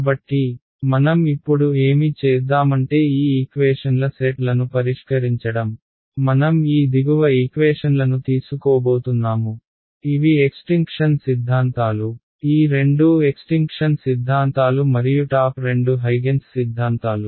కాబట్టి మనం ఇప్పుడు ఏమి చేద్దామంటే ఈ ఈక్వేషన్ల సెట్లను పరిష్కరించడం మనం ఈ దిగువ ఈక్వేషన్లను తీసుకోబోతున్నాము ఇవి ఎక్స్టింక్షన్ సిద్ధాంతాలు ఈ రెండూ ఎక్స్టింక్షన్ సిద్ధాంతాలు మరియు టాప్ రెండు హైగెన్స్ సిద్ధాంతాలు